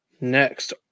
Next